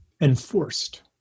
enforced